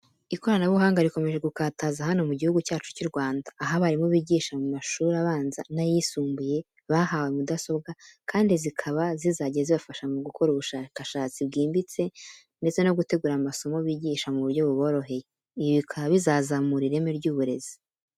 Ikoranabuhanga rikomeje gukataza hano mu gihugu cyacu cy'u Rwanda, aho abarimu bigisha mu mashuri abanza n'ayisumbuye bahawe mudasobwa kandi zikaba zizajya zibafasha mu gukora ubushakashatsi bwimbitse ndetse no gutegura amasomo bigisha mu buryo buboroheye. Ibi bikaba bizazamura ireme ry'uburezi.